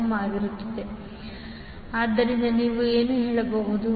d ಆದ್ದರಿಂದ ನೀವು ಏನು ಹೇಳಬಹುದು